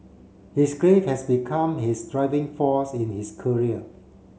his grief has become his driving force in his career